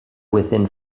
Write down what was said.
within